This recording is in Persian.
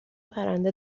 پرنده